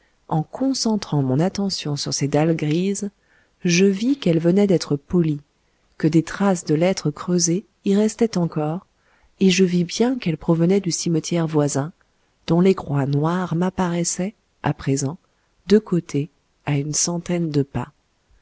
en concentrant mon attention sur ces dalles grises je vis qu'elles venaient d'être polies que des traces de lettres creusées y restaient encore et je vis bien qu'elles provenaient du cimetière voisin dont les croix noires m'apparaissaient à présent de côté à une centaine de pas